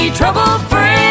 trouble-free